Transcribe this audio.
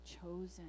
chosen